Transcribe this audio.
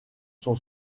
son